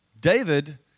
David